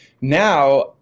Now